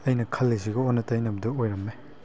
ꯑꯩꯅ ꯈꯜꯂꯤꯁꯤꯒ ꯑꯣꯟꯅ ꯇꯩꯅꯕꯗꯨ ꯑꯣꯏꯔꯝꯃꯦ